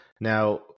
now